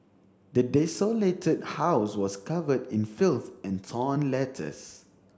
the desolated house was covered in filth and torn letters